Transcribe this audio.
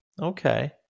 Okay